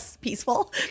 peaceful